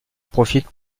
profitent